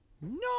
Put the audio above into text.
No